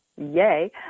Yay